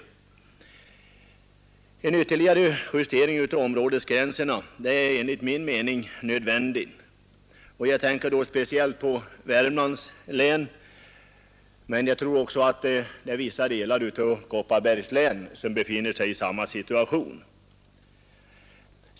Enligt min mening är tvärtom en ytterligare justering av områdesgränserna nödvändig. Jag tänker då speciellt på Värmlands län, men även vissa delar av Kopparbergs län tror jag befinner sig i samma situation.